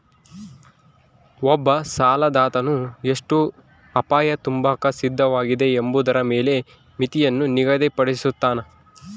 ಒಬ್ಬ ಸಾಲದಾತನು ಎಷ್ಟು ಅಪಾಯ ತಾಂಬಾಕ ಸಿದ್ಧವಾಗಿದೆ ಎಂಬುದರ ಮೇಲೆ ಮಿತಿಯನ್ನು ನಿಗದಿಪಡುಸ್ತನ